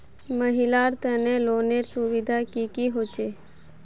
महिलार तने लोनेर सुविधा की की होचे?